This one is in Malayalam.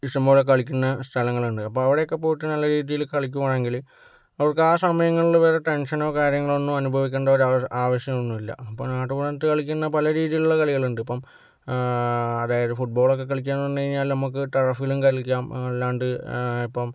ഇഷ്ടം പോലെ കളിക്കുന്ന സ്ഥലങ്ങളുണ്ട് അപ്പോൾ അവിടെയൊക്കെ പോയിട്ട് നല്ല രീതിയില് കളിക്കുവാണെങ്കില് നമുക്ക് ആ സമയങ്ങളിൽ വേറെ ടെൻഷനോ കാര്യങ്ങളോ ഒന്നും അനുഭവിക്കേണ്ട ഒരു ആവ ആവശ്യൊന്നൂല്ലാ ഇപ്പോ നാട്ടിൻപുറത്ത് കളിക്കുന്ന പലരീതിയിലുള്ള കളികളുണ്ട് ഇപ്പം അതായത് ഫുട്ബോളൊക്കെ കളിക്കാന്ന് പറഞ്ഞ്കഴിഞ്ഞാൽ നമക്ക് ടെറഫിലും കളിക്കാം അല്ലാണ്ട് ഇപ്പം